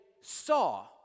saw